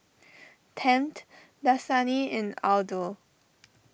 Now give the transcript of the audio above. Tempt Dasani and Aldo